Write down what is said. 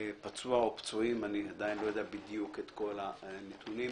או פצועים - עדיין איני יודע את כל הנתונים.